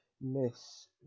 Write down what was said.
miss